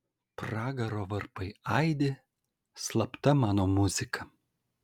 pragaro varpai aidi slapta mano muzika